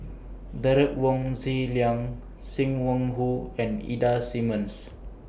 Derek Wong Zi Liang SIM Wong Hoo and Ida Simmons